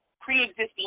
pre-existing